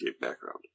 background